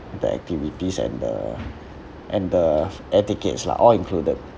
the activities and the and the air tickets lah all included